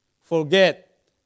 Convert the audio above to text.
forget